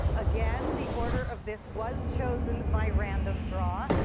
again, the order of this was chosen by random draw.